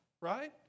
right